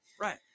Right